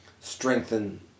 strengthen